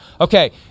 Okay